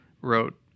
wrote